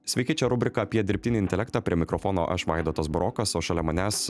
sveiki čia rubrika apie dirbtinį intelektą prie mikrofono aš vaidotas burokas o šalia manęs